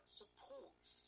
supports